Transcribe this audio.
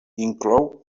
inclou